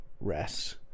rest